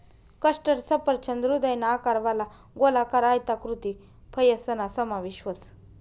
custard सफरचंद हृदयना आकारवाला, गोलाकार, आयताकृती फयसना समावेश व्हस